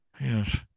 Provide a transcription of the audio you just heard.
Yes